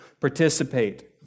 Participate